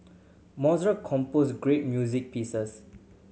Mozart composed great music pieces